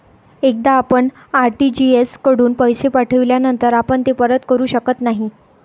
एकदा आपण आर.टी.जी.एस कडून पैसे पाठविल्यानंतर आपण ते परत करू शकत नाही